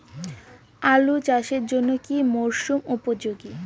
আলু চাষের জন্য কি মরসুম উপযোগী?